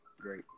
Great